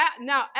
now